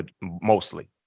mostly